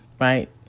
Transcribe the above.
right